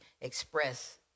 express